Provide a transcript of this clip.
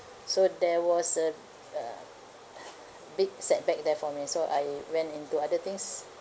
so there was a uh big setback there for me so I went into other things